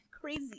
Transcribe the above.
crazy